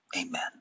Amen